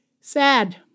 Sad